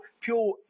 pure